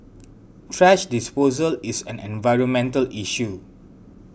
thrash disposal is an environmental issue